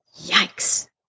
Yikes